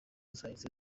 zahise